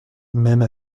même